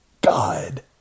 God